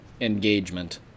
engagement